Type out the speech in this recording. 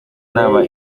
naba